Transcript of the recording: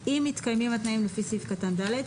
אם מתקיימים התנאים לפי סעיף קטן (ד),